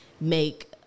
make